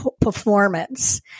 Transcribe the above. performance